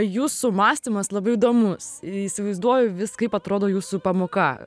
jūsų mąstymas labai įdomus įsivaizduoju kaip atrodo jūsų pamoka